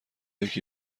یکی